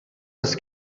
els